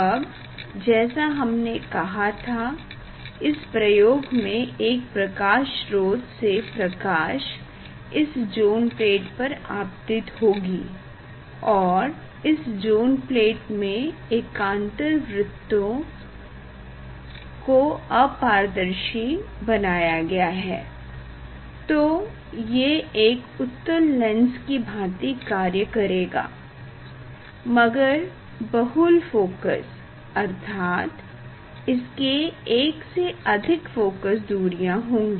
अब जैसा हमने कहा था इस प्रयोग में एक प्रकाश स्रोत से प्रकाश इस ज़ोन प्लेट पर आपतित होगी और इस ज़ोन प्लेट में एकांतर वृत्तों को अपारदर्शी बनाया गया है तो ये एक उत्तल लेंस की भाँति कार्य करेगा मगर बहुल फोकस अर्थात इसके एक से अधिक फोकस दूरियाँ होंगी